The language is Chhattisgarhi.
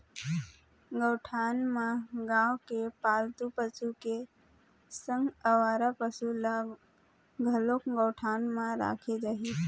गौठान म गाँव के पालतू पशु के संग अवारा पसु ल घलोक गौठान म राखे जाही